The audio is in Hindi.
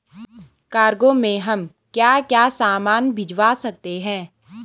कार्गो में हम क्या क्या सामान भिजवा सकते हैं?